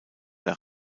der